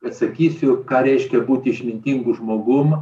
atsakysiu ką reiškia būti išmintingu žmogum